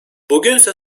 bugünse